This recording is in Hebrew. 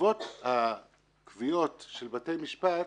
בעקבות הקביעות של בתי משפט,